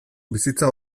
bizitza